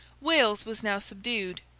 wales was now subdued.